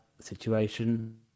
situation